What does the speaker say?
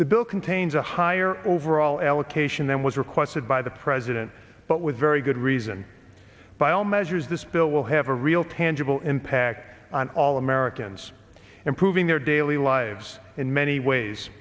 the bill contains a higher overall allocation than was requested by the president but with very good reason by all measures this bill will have a real tangible impact on all americans improving their daily lives in many ways